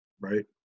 right